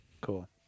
Cool